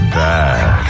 back